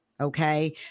okay